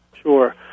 Sure